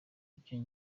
icyo